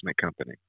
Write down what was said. company